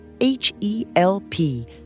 H-E-L-P